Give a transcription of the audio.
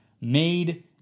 made